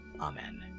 Amen